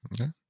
Okay